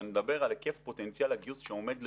אני מדבר על היקף פוטנציאל הגיוס שעומד לרשותי.